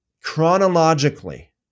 chronologically